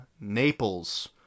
Naples